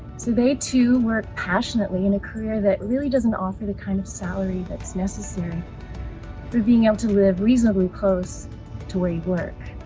so they, too, work passionately in a career that really doesn't offer the kind of salary that's necessary for being able to live reasonably close to where you work,